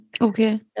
Okay